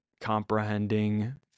comprehending